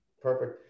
Perfect